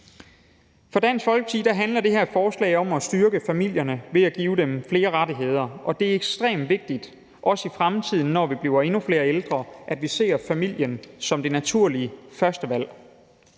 For Dansk Folkeparti handler det her forslag om at styrke familierne ved at give dem flere rettigheder, og det er ekstremt vigtigt – også i fremtiden, når vi bliver endnu flere ældre – at vi ser familien som det naturlige førstevalg.